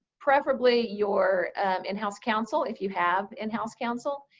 preferably your in-house counsel, if you have in-house counsel,